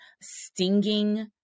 stinging